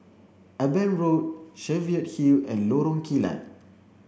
Eben Road Cheviot Hill and Lorong Kilat